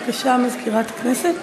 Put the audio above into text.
בבקשה, מזכירת הכנסת.